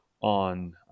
on